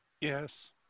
Yes